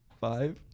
Five